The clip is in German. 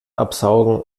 absaugen